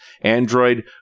Android